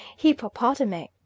hippopotame